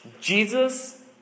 Jesus